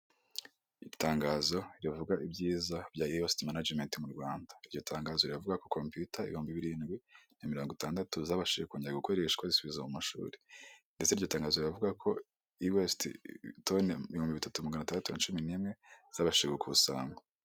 Itangazo rivuga ibyiza bya E-Waste Management mu Rwanda, iryo tangazo rivuga ko computer ibihumbi birindwi na mirongo itandatu zabashije kongera gukoreshwa zisubizwa mu mashuri, ndetse iryo tangazo rivuga ko E-Waste tone ibihumbi bitatu magana atandatu na cumi n'imwe zabashije gukusanywa.